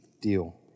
deal